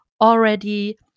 already